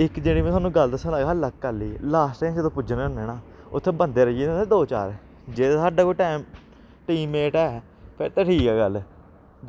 इक जेह्ड़ी में थुआनूं गल्ल दस्सन लग्गा हा लक आहली लास्ट च जदूं पुज्जने होन्ने ना उत्थै बंदे रेही जा ते दो चार जेह् ते साढ़े कोल टैम मेट ऐ फिर ते ठीक ऐ गल्ल